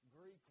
Greek